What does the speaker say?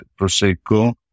prosecco